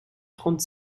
trente